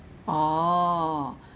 orh